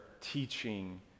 teaching